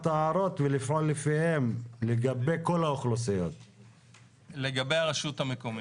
לגבי הרשות המקומית,